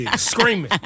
Screaming